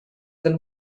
than